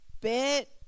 bit